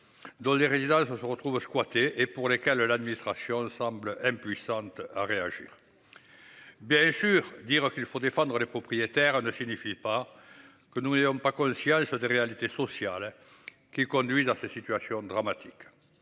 Dans les résidences se retrouve squatter et pour les cas le l'administration ne semble impuissante à réagir. Bien sûr. Dire qu'il faut défendre les propriétaires ne signifie pas que nous ayons pas conscients et c'était réalité sociale qui conduisent à ces situations dramatiques.